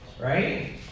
right